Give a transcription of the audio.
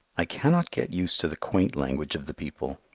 i cannot get used to the quaint language of the people,